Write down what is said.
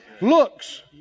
looks